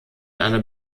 einer